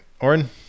Orin